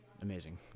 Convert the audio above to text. amazing